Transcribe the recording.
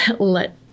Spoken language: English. let